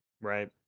right